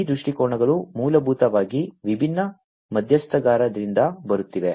ಈ ದೃಷ್ಟಿಕೋನಗಳು ಮೂಲಭೂತವಾಗಿ ವಿಭಿನ್ನ ಮಧ್ಯಸ್ಥಗಾರರಿಂದ ಬರುತ್ತಿವೆ